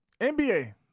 NBA